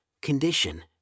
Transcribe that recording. condition